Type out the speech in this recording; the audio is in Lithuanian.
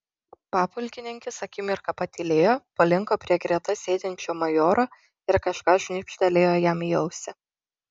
papulkininkis akimirką patylėjo palinko prie greta sėdinčio majoro ir kažką šnibžtelėjo jam į ausį